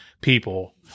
people